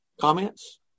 Comments